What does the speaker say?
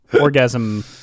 orgasm